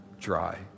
dry